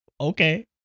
okay